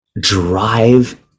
drive